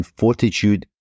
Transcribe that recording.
fortitude